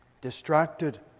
distracted